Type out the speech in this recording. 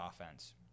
offense